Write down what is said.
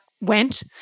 went